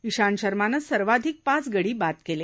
ईशांत शर्मानं सर्वाधिक पाच गड बाद केले